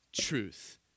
truth